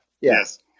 Yes